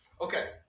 Okay